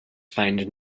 find